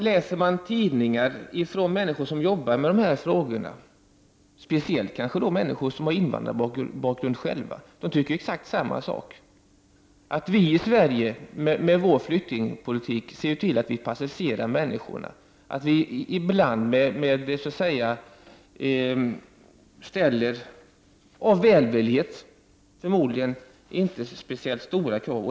Läser man tidningsartiklar som skrivits av människor som arbetar med dessa frågor — framför allt av människor som själva har invandrarbakgrund -— finner man att de instämmer helt med att vi i Sverige med vår flyktingpolitik ser till att flyktingar och invandrare passiviseras, att vi — förmodligen av välvillighet — inte ställer så speciellt stora krav.